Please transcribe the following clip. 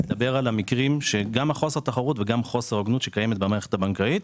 ולדבר על המקרים של חוסר תחרות וגם חוסר הוגנות שקיימות במערכת הבנקאית.